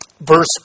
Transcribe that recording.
Verse